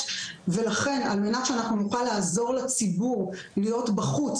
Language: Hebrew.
ולכן על מנת שאנחנו נוכל לעזור לציבור להיות בחוץ